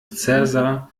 cäsar